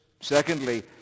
Secondly